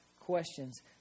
questions